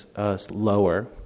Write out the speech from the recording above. lower